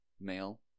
male